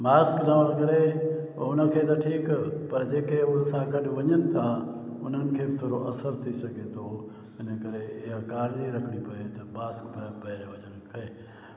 mask पाइण करे त उन खे त ठीकु पर जेके उन सां गॾु वञनि था उन खे बि थोरो असर थी सघे थो इन करे इहा ॻाल्हि ई रखणी पए त पास